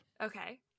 okay